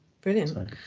Brilliant